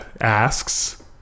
asks